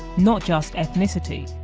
not just ethnicity.